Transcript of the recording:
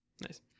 Nice